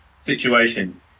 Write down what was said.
situation